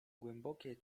głębokie